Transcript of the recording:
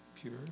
pure